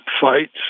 fights